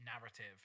narrative